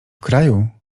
kraju